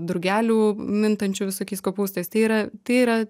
drugelių mintančių visokiais kopūstais tai yra tai yra